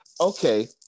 okay